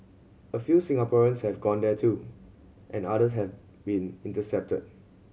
a few Singaporeans have gone there too and others have been intercepted